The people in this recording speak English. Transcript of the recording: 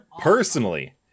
personally